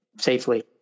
safely